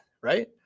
Right